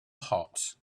hot